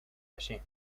allí